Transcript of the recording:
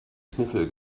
kniffel